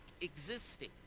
existing